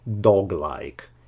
dog-like